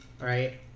right